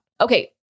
Okay